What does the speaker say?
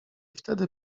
wtedy